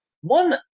One